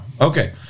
Okay